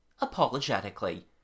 apologetically